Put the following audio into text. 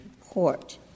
Court